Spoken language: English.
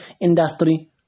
industry